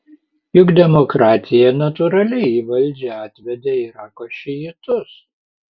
juk demokratija natūraliai į valdžią atvedė irako šiitus